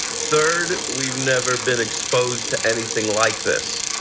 third we've never been exposed to anything like this.